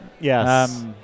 Yes